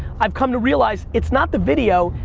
i've come to realize it's not the video,